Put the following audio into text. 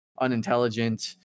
unintelligent